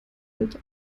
hält